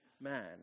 man